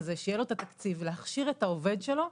זה שיהיה לו את התקציב להכשיר את העובד שלו,